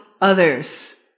others